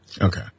Okay